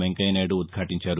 వెంకయ్యనాయుడు ఉద్భాటించారు